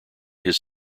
his